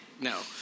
No